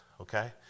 okay